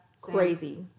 Crazy